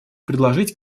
предложить